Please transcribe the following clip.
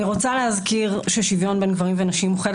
אני רוצה להזכיר ששוויון בין גברים ונשים הוא חלק